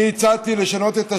אני הצעתי לשנות את השם,